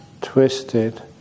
twisted